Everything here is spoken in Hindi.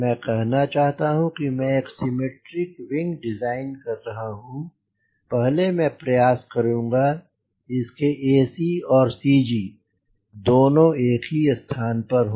मैं कहना चाहता हूँ कि मैं एक सिमेट्रिक विंग डिज़ाइन कर रहा हूँ पहले मैं प्रयास करूँगा कि इसके ac और CG दोनों एक ही स्थान पर हों